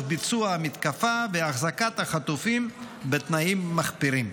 ביצוע המתקפה והחזקת החטופים בתנאים מחפירים.